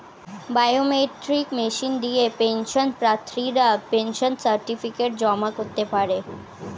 biometric machine দিয়ে pension প্রার্থীরা pension certificate জমা করতে পারে